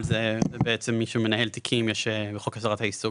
אבל זה בעצם מי שמנהל תיקים בחוק הסדרת העיסוק,